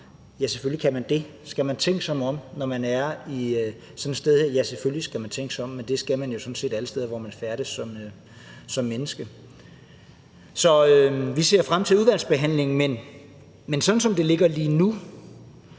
Ja, selvfølgelig kan man det. Skal man tænke sig om, når man er sådan et sted her? Ja, selvfølgelig skal man tænke sig om, men det skal man jo sådan set alle steder, hvor man færdes som menneske. Så vi ser frem til udvalgsbehandlingen, men i forhold til sådan som det ligger lige nu,